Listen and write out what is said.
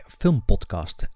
filmpodcast